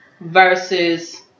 versus